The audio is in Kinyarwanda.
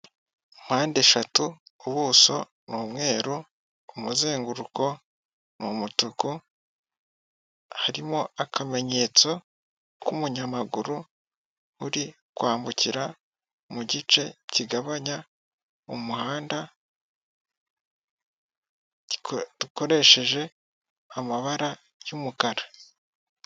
Mpande eshatu ubuso ni umweruru, umuzenguruko ni umutuku, harimo akamenyetso k'umunyamaguru uri kwambukira mu gice kigabanya umuhanda, dukoresheje amabara y'umukara.